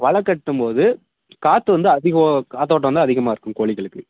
வலை கட்டும் போது காற்று வந்து அதிகம் காற்றோட்டம் வந்து அதிகமாக இருக்கணும் கோழிகளுக்கு